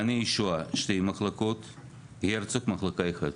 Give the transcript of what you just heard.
מעייני הישועה שתי מחלקות; הרצוג מחלקה אחת.